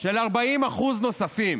של 40% נוספים.